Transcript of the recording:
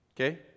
okay